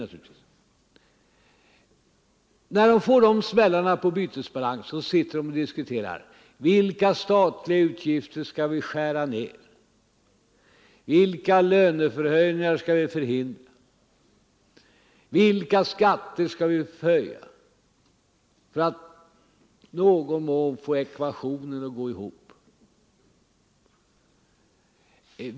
Då man får de här smällarna på bytesbalansen sitter man i dessa länder och diskuterar: Vilka statliga utgifter skall vi skära ner? Vilka löneförhöjningar skall förhindras? Vilka skatter skall vi höja? Detta måste man göra för att på något sätt få ekvationen att gå ihop.